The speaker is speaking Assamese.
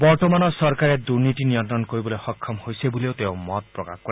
বৰ্তমানৰ চৰকাৰে দুনীতি নিয়ন্ত্ৰণ কৰিবলৈ সক্ষম হৈছে বুলিও তেওঁ মত প্ৰকাশ কৰে